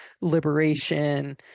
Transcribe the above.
liberation